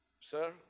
Sir